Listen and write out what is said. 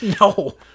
No